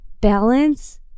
balance